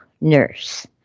nurse